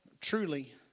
Truly